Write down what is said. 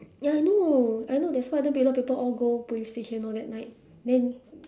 ya I know I know that's why then a lot of people all go police station on that night then